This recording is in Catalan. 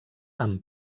amb